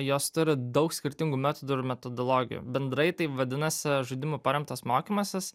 jos turi daug skirtingų metodų ir metodologijų bendrai taip vadinasi žaidimu paremtas mokymasis